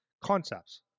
concepts